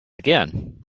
again